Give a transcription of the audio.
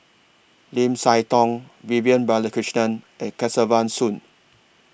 Lim Siah Tong Vivian Balakrishnan and Kesavan Soon